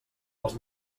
als